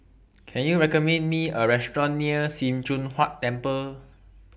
Can YOU recommend Me A Restaurant near SIM Choon Huat Temple